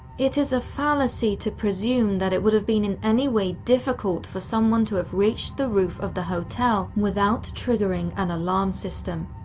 it is a fallacy to presume that it would have been in anyway difficult for someone to have reached the roof of the hotel without triggering an alarm system.